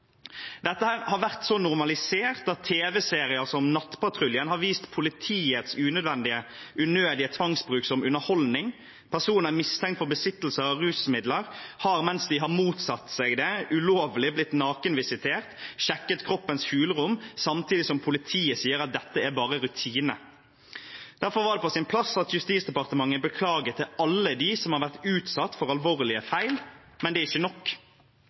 Dette har vært så normalisert at tv-serier som Nattpatruljen har vist politiets unødvendige og unødige tvangsbruk som underholdning. Personer mistenkt for besittelse av rusmidler har, mens de har motsatt seg det, ulovlig blitt nakenvisitert, fått sjekket kroppens hulrom, samtidig som politiet sier at dette bare er rutine. Derfor var det på sin plass at Justisdepartementet beklaget til alle dem som har vært utsatt for alvorlige feil. Men det er ikke nok.